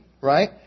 right